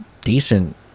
decent